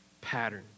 pattern